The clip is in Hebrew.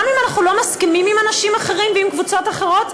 גם אם אנחנו לא מסכימים עם אנשים אחרים ועם קבוצות אחרות,